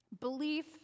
Belief